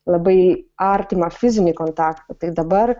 labai artimą fizinį kontaktą tai dabar